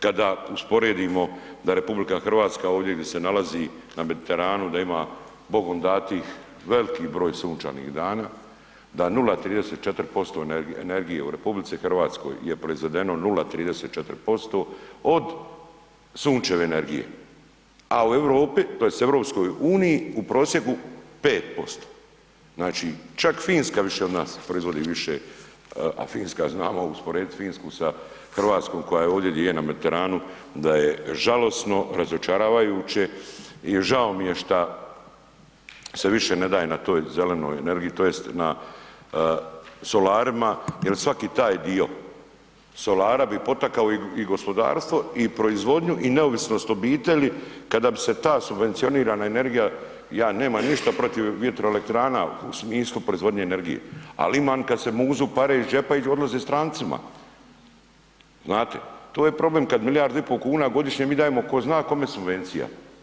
Kada usporedimo da RH ovdje gdje se nalazi na Mediteranu da ima bogom datih, veliki broj sunčanih dana, da 0,34% energije u Republici Hrvatskoj je proizvedeno, 0,34%, od sunčeve energije, a u Europi, to jest u Europskoj uniji u prosjeku 5%, znači čak Finska više od nas proizvodi, više, a Finska, znamo usporedit Finsku sa Hrvatskom koja je ovdje gdje je na Mediteranu da je žalosno, razočaravajuće, i žao mi je šta se više ne daje na toj zelenoj energiji, to jest na solarima, jer svaki taj dio solara bi potakao i gospodarstvo, i proizvodnju, i neovisnost obitelji kada bi se ta subvencionirana energija, ja nemam ništa protiv vjetroelektrana u smislu proizvodnje energije, ali imam kad se muzu pare iz džepa i odlaze strancima, znate, to je problem kad milijardu i pol kuna godišnje mi dajemo tko zna kome subvencija.